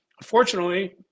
unfortunately